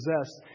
possessed